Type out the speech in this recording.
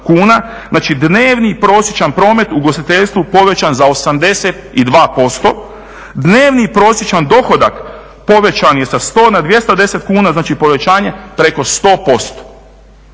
Znači dnevni prosječan promet u ugostiteljstvu povećan za 82%. Dnevni prosječan dohodak povećan je sa 100 na 210 kuna, znači povećanje preko 100%.